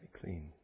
clean